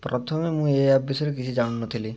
ପ୍ରଥମେ ମୁଁ ଏ ଆପ୍ ବିଷୟରେ କିଛି ଜାଣିନଥିଲି